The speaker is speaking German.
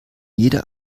jeder